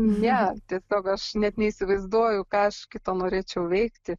ne tiesiog aš net neįsivaizduoju ką aš kito norėčiau veikti